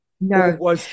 No